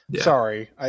sorry